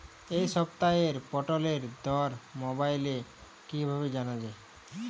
এই সপ্তাহের পটলের দর মোবাইলে কিভাবে জানা যায়?